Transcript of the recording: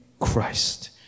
Christ